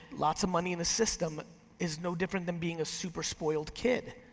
lots of money in the system is no different than being a super spoiled kid.